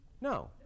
No